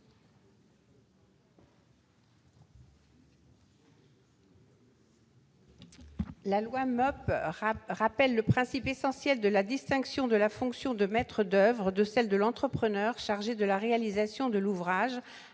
La loi MOP rappelle le principe essentiel de la distinction de la fonction du maître d'oeuvre de celle de l'entrepreneur chargé de la réalisation de l'ouvrage,